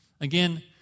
Again